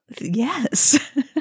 Yes